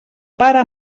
pare